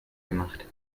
gemacht